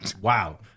Wow